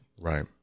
Right